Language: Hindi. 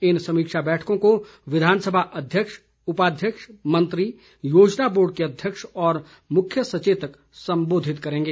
इन समीक्षा बैठकों को विधानसभा अध्यक्ष उपाध्यक्ष मंत्री योजना बोर्ड के अध्यक्ष और मुख्य सचेतक संबोधित करेंगे